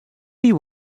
you